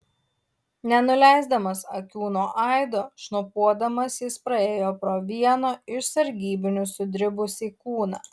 nenuleisdamas akių nuo aido šnopuodamas jis praėjo pro vieno iš sargybinių sudribusį kūną